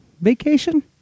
vacation